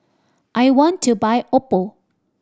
I want to buy Oppo